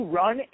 run